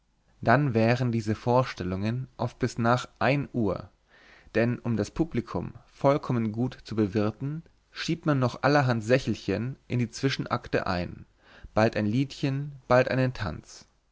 dann währen diese vorstellungen oft bis nach ein uhr denn um das publikum vollkommen gut zu bewirten schiebt man noch allerhand sächelchen in die zwischenakte ein bald ein liedchen bald einen tanz